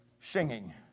singing